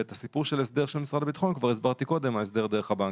את הסיפור של הסדר של משרד הביטחון כבר הסברתי קודם ההסדר דרך הבנקים.